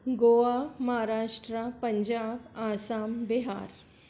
Goa Maharashtra Punjab Assam Bihar